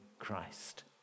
christ